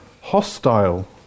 hostile